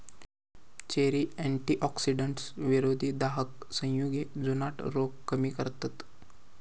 cherry antioxidants, विरोधी दाहक संयुगे, जुनाट रोग कमी करतत